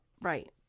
Right